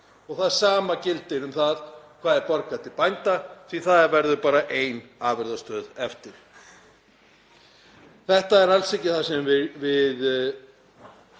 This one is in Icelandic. Það sama gildir um það hvað er borgað til bænda því að það verður bara ein afurðastöð eftir. Þetta er alls ekki það sem við